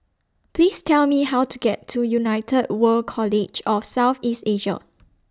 Please Tell Me How to get to United World College of South East Asia